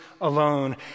alone